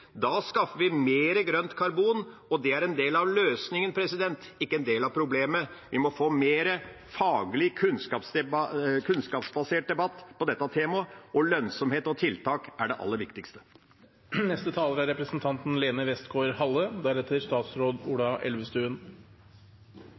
Da skaffer vi mer grønt karbon, og det er en del av løsningen, ikke en del av problemet. Vi må få en mer faglig, kunnskapsbasert debatt om dette temaet. Lønnsomhet og tiltak er det aller viktigste. Det er